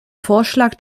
vorschlag